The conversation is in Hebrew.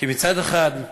כי מצד אחד,